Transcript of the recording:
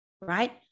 right